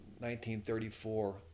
1934